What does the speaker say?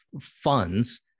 funds